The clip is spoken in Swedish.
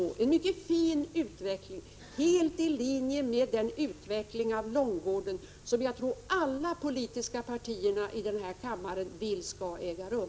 Det är en mycket fin utveckling som ligger helt i linje med den utveckling av långvården som jag tror att alla politiska partier i denna kammare vill skall äga rum.